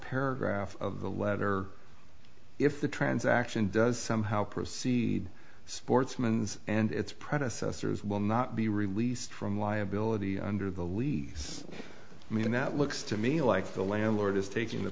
paragraph of the letter if the transaction does somehow proceed sportsman's and its predecessors will not be released from liability under the lease i mean that looks to me like the landlord is taking the